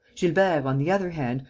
gilbert, on the other hand,